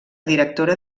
directora